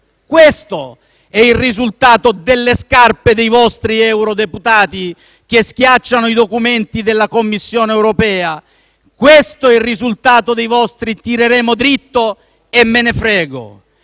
Questo è il risultato delle scarpe dei vostri eurodeputati che schiacciano i documenti della Commissione europea, questo è il risultato dei vostri «tireremo dritto» e «me ne frego»,